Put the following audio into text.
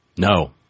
No